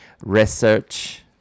research